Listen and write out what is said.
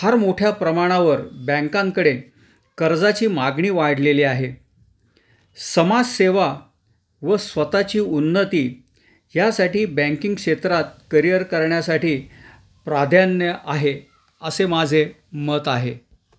फार मोठ्या प्रमाणावर बँकांकडे कर्जाची मागणी वाढलेली आहे समाजसेवा व स्वत ची उन्नती यासाठी बँकिंग क्षेत्रात करियर करण्यासाठी प्राधान्य आहे असे माझे मत आहे